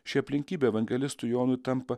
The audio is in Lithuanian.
ši aplinkybė evangelistui jonui tampa